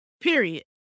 period